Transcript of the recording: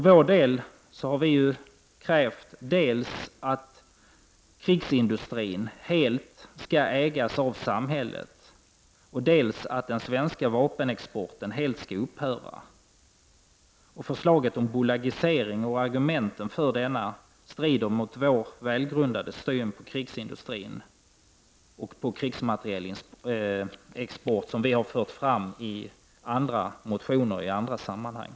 Vpk har krävt dels att krigsindustrin skall ägas av samhället, dels att den svenska vapenexporten skall upphöra helt. Förslaget om bolagisering och argumenten för den strider mot vår välgrundade syn på krigsindustrin liksom vår syn på krigsmaterielexporten. Det senare har vi fört fram i motioner och i andra sammanhang.